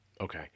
Okay